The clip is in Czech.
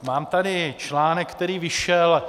Mám tady článek, který vyšel.